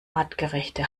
artgerechte